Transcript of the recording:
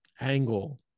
angle